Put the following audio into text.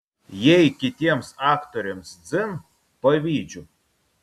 jei kitiems aktoriams dzin pavydžiu